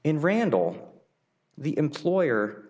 in randall the employer